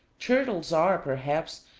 turtles are, perhaps,